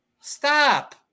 Stop